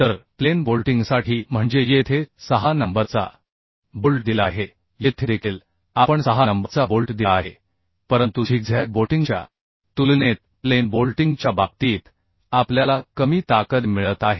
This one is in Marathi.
तर प्लेन बोल्टिंगसाठी म्हणजे येथे 6 नंबरचा बोल्ट दिला आहे येथे देखील आपण 6 नंबरचा बोल्ट दिला आहे परंतु झिगझॅग बोल्टिंगच्या तुलनेत प्लेन बोल्टिंगच्या बाबतीत आपल्याला कमी ताकद मिळत आहे